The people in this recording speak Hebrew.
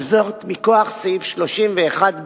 וזאת מכוח סעיף 31(ב)